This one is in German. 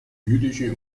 jüdische